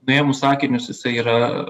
nuėmus akinius jisai yra